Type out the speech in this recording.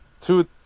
two